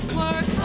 work